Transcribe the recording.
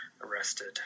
arrested